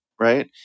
Right